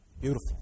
Beautiful